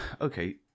Okay